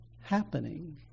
happening